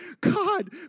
God